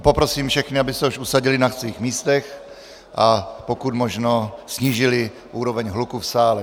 Poprosím všechny, aby se už usadili na svých místech a pokud možno snížili úroveň hluku v sále.